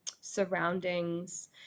surroundings